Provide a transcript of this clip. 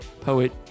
poet